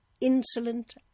Insolent